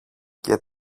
και